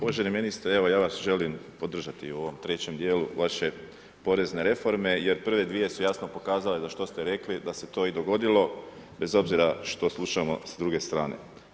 Uvaženi ministre, evo ja vas želim podržati u ovom treće, djelu vaše porezne reforme jer prve dvije su jasno pokazale da što ste rekli da se to i dogodilo bez obzira što slušamo s druge strane.